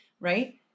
right